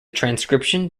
transcription